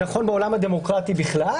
נכון בעולם הדמוקרטי בכלל,